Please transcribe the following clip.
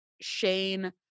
Shane